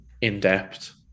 in-depth